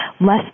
less